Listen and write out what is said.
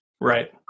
Right